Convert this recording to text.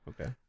okay